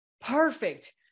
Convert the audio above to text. perfect